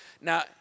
Now